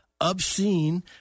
obscene